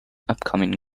upcoming